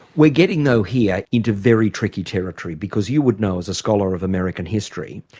we're getting though here into very tricky territory, because you would know, as a scholar of american history,